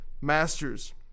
masters